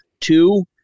two